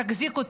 תחזיקו,